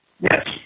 Yes